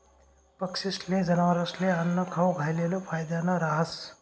पक्षीस्ले, जनावरस्ले आन्नं खाऊ घालेल फायदानं रहास